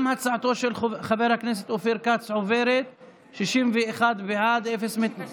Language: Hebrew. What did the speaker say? גם הצעתו של חבר הכנסת אופיר כץ עוברת: 62 בעד,